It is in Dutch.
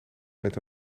met